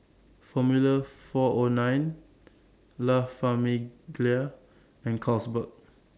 Formula four O nine La Famiglia and Carlsberg